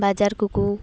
ᱵᱟᱡᱟᱨ ᱠᱚᱠᱚ